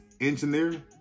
engineer